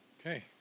Okay